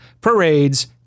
parades